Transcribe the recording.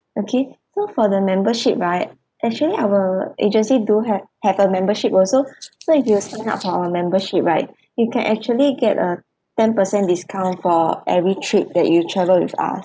okay so for the membership right actually our agency do have have a membership also so if you sign up for our membership right you can actually get a ten percent discount for every trip that you travel with us